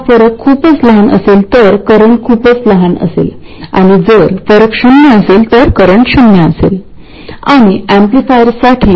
हा आपल्याला हवासा वाटणारा अभिप्राय आहे